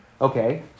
Okay